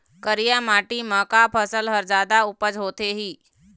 करिया माटी म का फसल हर जादा उपज होथे ही?